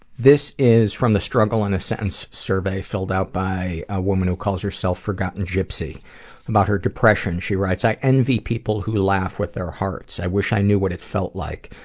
this is from the struggle in a sentence survey filled out by a woman who calls herself forgotten gypsy about her depression, she writes, i envy people who laugh with their hearts, i wish i knew what it felt like,